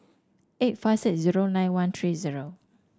eight five six zero nine one three zero